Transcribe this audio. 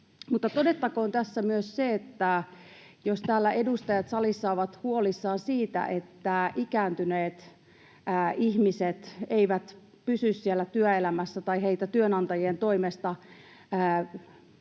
todettakoon tässä myös se, että jos edustajat täällä salissa ovat huolissaan siitä, että ikääntyneet ihmiset eivät pysy siellä työelämässä tai heitä työnantajien toimesta